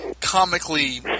comically